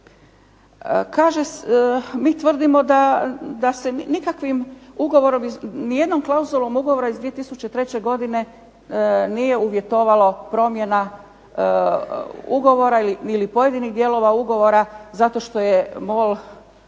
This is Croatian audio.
Mi tvrdimo da se nikakvom ugovorom nijednom klauzulom ugovora iz 2003. godine nije uvjetovalo promjena ugovora ili pojedinih dijelova ugovora zato što je MOL